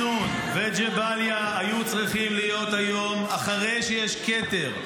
וג'באליה היו צריכים להיות היום אחרי שיש כתר,